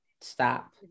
stop